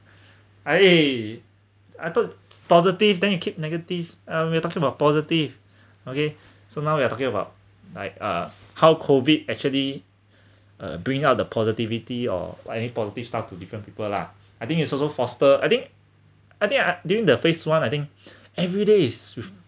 I eh I thought positive then you keep negative uh we're talking about positive okay so now we are talking about like uh how COVID actually uh bringing up the positivity or like any positive start to different people lah I think it's also foster I think I think uh during the phase first one I think every day is with